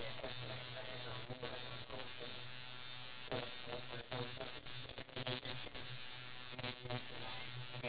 would ask the ques~ the husband questions like when was the last time he took the wife out on a date and then um like